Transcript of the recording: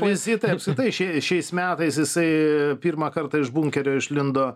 vizitai apskritai šie šiais metais jisai pirmą kartą iš bunkerio išlindo